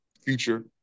future